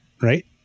right